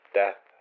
death